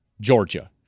Georgia